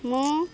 ମୁଁ